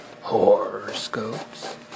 horoscopes